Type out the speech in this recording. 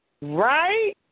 Right